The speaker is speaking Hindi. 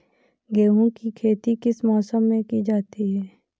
गेहूँ की खेती किस मौसम में की जाती है?